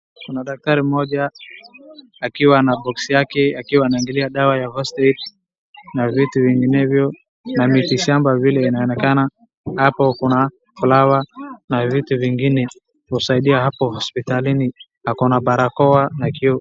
Kuna daktari mmoja akiwa na boksi yake akiwa ana angalia dawa ya first aid na vitu vinginevyo na miti shamba vile inaonekana. Hapo kuna flower vitu vingine husaidia hapo hospitalini. Ako na barakoa na kioo.